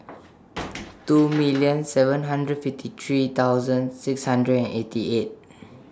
two million seven hundred fifty three thousand six hundred and eighty eight